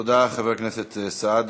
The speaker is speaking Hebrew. תודה, חבר הכנסת סעדי.